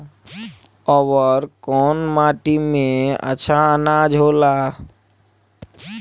अवर कौन माटी मे अच्छा आनाज होला?